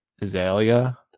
Azalea